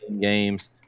games